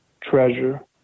treasure